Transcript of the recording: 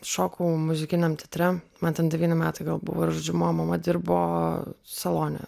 šokau muzikiniam teatre man ten devyni metai gal buvo ir žodžiu mano mama dirbo salone